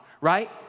right